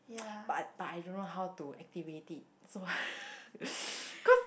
but but I don't know how to activate it so cause